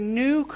new